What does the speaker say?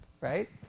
right